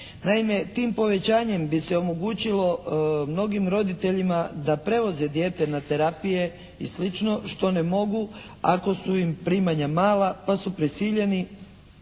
Naime tim povećanjem bi se omogućilo mnogim roditeljima da prevoze dijete na terapije i slično što ne mogu ako su im primanja mala pa su prisiljeni